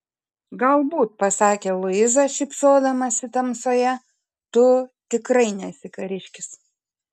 galbūt pasakė luiza šypsodamasi tamsoje tu tikrai nesi kariškis